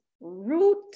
root